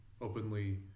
openly